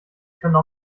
können